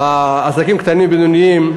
ועסקים קטנים ובינוניים,